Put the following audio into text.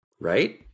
Right